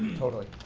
totally.